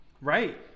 Right